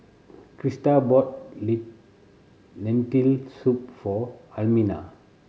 Christa bought Lentil Soup for Almina